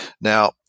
Now